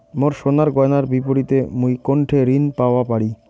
মোর সোনার গয়নার বিপরীতে মুই কোনঠে ঋণ পাওয়া পারি?